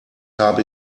habe